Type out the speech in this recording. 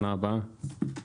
שנה הבאה.